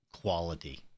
quality